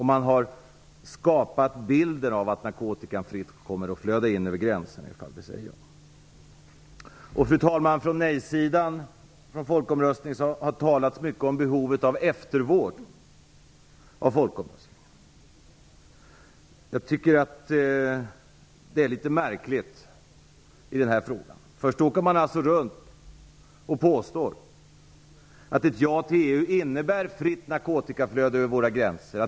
Man har skapat bilden av att narkotikan fritt kommer att flöda in över gränserna. Nej-sidan i folkomröstningen har talat mycket om behovet av eftervård av folkomröstningen. Jag tycker att det är litet märkligt. Man åker först runt och påstår att ett ja till EU innebär ett fritt narkotikaflöde över våra gränser.